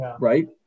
right